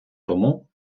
тому